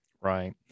Right